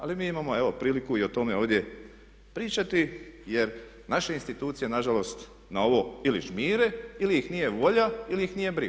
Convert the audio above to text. Ali mi imamo evo priliku i o tome ovdje pričati jer naše institucije nažalost na ovo ili žmire ili ih nije volja ili ih nije briga.